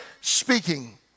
speaking